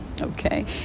Okay